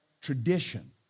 tradition